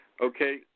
Okay